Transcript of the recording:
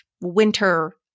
winter